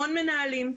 המון מנהלים.